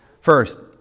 First